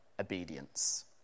obedience